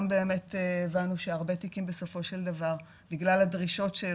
גם באמת הבנו שהרבה תיקים בסופו של דבר בגלל הדרישות של